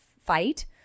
fight